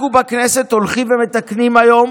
אנחנו בכנסת הולכים ומתקנים היום